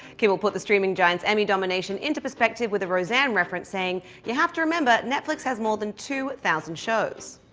kimmel put the streaming giant's emmy domination into perspective with a roseanne reference, saying, you have to remember netflix has more than two thousand shows!